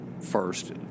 First